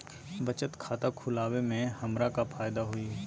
बचत खाता खुला वे में हमरा का फायदा हुई?